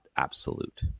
absolute